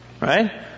Right